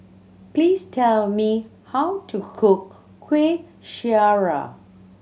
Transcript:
please tell me how to cook Kueh Syara